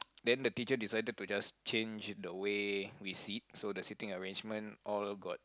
then the teacher decided to just change the way we sit so the seating arrangement all was